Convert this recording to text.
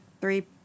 three